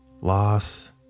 loss